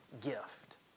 gift